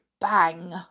bang